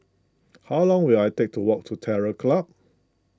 how long will it take to walk to Terror Club